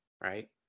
Right